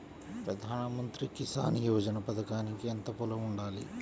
ప్రధాన మంత్రి కిసాన్ యోజన పథకానికి ఎంత పొలం ఉండాలి?